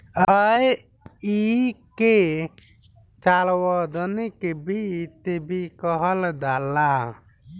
ऐइके सार्वजनिक वित्त भी कहल जाला